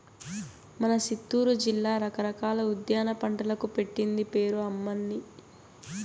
మన సిత్తూరు జిల్లా రకరకాల ఉద్యాన పంటలకు పెట్టింది పేరు అమ్మన్నీ